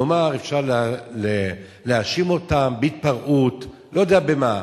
נאמר אפשר להאשים אותם בהתפרעות, לא יודע במה,